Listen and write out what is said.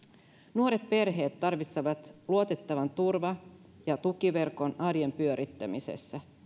nuoret perheet tarvitsevat luotettavan turva ja tukiverkon arjen pyörittämisessä